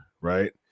right